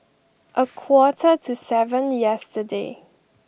a quarter to seven yesterday